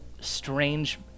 strange